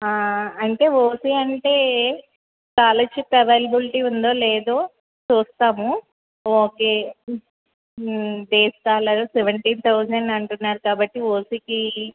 అంటే ఓసి అంటే scholarship availability ఉందో లేదో చూస్తాము okay day scholar seventy thousand అంటున్నారు కాబట్టి ఓసీకి